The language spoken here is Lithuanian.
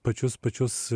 pačius pačius